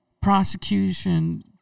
prosecution